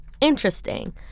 interesting